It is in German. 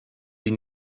sie